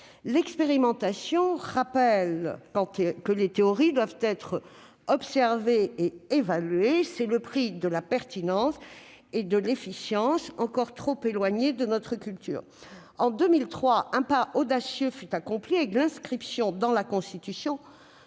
L'expérimentation rappelle que les théories doivent être observées et évaluées : c'est le prix de la pertinence et de l'efficience, lesquelles sont encore trop éloignées de notre culture. En 2003, un pas audacieux fut accompli avec l'inscription dans la Constitution